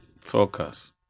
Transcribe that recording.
Focus